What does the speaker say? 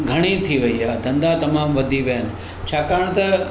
घणी थी वेई आहे धंधा तमामु वधी विया आहिनि छाकाणि त